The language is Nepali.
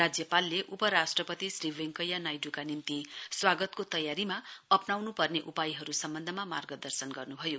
राज्यपालले उपराष्ट्रपति श्री वैंकया नाइडुका निम्ति स्वागतको तयारीमा अप्नाउनुपर्ने सम्बन्धमा मार्गदर्शन गर्नु भयो